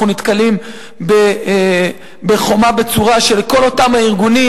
נתקלים בחומה בצורה של כל אותם ארגונים.